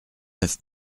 neuf